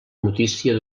notícia